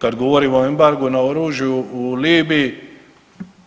Kad govorimo o embargu na oružju u Libiji